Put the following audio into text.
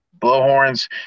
blowhorns